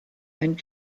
and